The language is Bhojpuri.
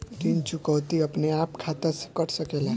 ऋण चुकौती अपने आप खाता से कट सकेला?